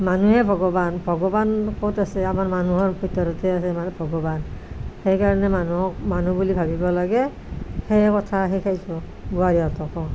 মানুহে ভগৱান ভগৱান ক'ত আছে আমাৰ মানুহৰ ভিতৰতে আছে মানুহ ভগৱান সেইকাৰণে মানুহক মানুহ বুলি ভাবিব লাগে সেই কথা শিকাইছো বোৱাৰীহঁতকো